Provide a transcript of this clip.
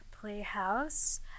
Playhouse